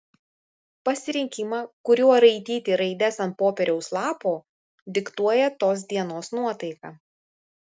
pasirinkimą kuriuo raityti raides ant popieriaus lapo diktuoja tos dienos nuotaika